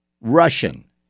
Russian